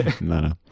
no